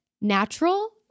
natural